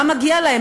מה מגיע להם?